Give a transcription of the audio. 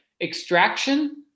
Extraction